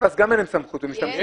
אתה יכול לבוא למפלגה שלנו ואז תישאר